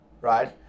Right